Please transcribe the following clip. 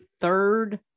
third